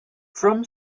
from